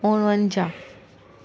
उणवंजाहु